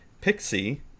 Pixie